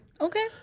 Okay